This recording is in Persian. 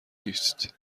نیست